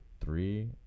three